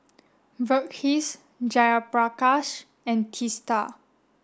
Verghese Jayaprakash and Teesta